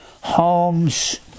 homes